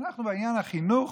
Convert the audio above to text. אנחנו בעניין החינוך,